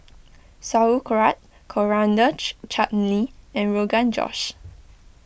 Sauerkraut Coriander Chutney and Rogan Josh